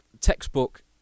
textbook